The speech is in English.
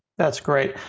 that's great.